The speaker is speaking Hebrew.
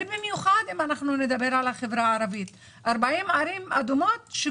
ובמיוחד אם נדבר על החברה הערבית 40 ערים אדומות,